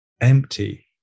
empty